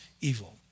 evil